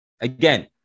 Again